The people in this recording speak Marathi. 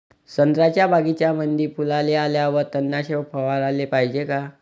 संत्र्याच्या बगीच्यामंदी फुलाले आल्यावर तननाशक फवाराले पायजे का?